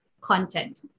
content